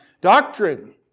doctrine